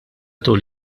tul